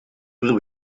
per